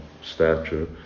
stature